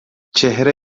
چهره